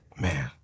Man